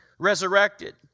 resurrected